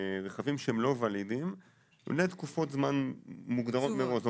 ברכבים שהם לא ולידיים לתקופות זמן מוגדרות מראש.